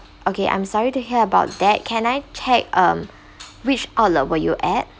okay I'm sorry to hear about that can I check um which outlet were you at